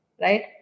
right